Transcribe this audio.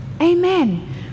Amen